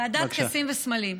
ועדת טקסים וסמלים.